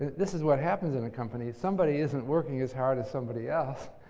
this is what happens in a company. somebody isn't working as hard as somebody else,